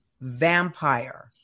vampire